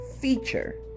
feature